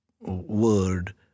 word